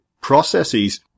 processes